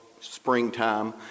springtime